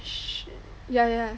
yeah yeah